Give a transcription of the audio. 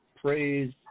praise